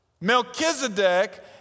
Melchizedek